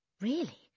Really